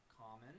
common